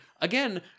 Again